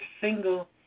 single